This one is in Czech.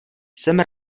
jsem